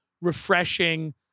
refreshing